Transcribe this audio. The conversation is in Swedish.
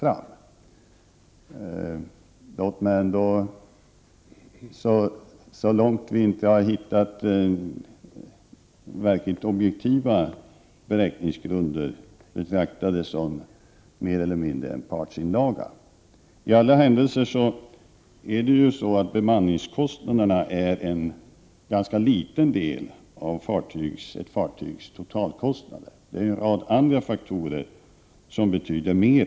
Låt oss emellertid, så länge det inte finns några verkligt objektiva beräkningsgrunder, betrakta dessa beräkningar mer eller mindre som en partsinlaga. I alla händelser är bemanningskostnaderna en ganska liten del av ett fartygs totalkostnader. Det är en rad andra faktorer som betyder mer.